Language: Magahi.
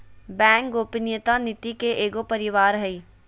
बैंक गोपनीयता नीति के एगो परिवार हइ